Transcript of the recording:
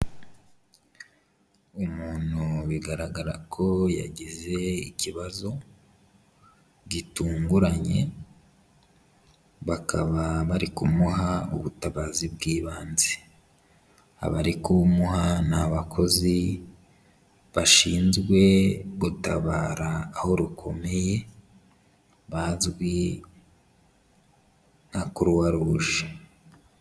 Umuntu bigaragara ko yagize ikibazo gitunguranye, bakaba bari kumuha ubutabazi bw'ibanze, abari kubumuha ni abakozi bashinzwe gutabara aho rukomeye bazwi na Croix Rouge.